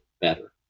better